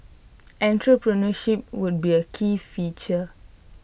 entrepreneurship would be A key feature